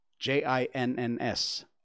J-I-N-N-S